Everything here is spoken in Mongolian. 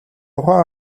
ухаан